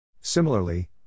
Similarly